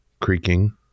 Creaking